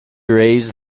raise